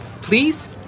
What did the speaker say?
Please